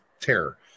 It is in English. terror